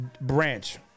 Branch